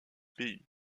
pays